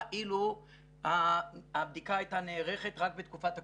אילו הבדיקה הייתה נערכת רק בתקופת הקורונה.